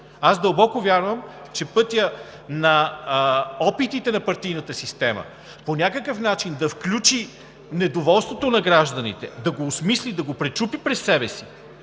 Дълбоко вярвам, че пътят на опитите на партийната система по някакъв начин да включи недоволството на гражданите, да го осмисли, да го пречупи през себе си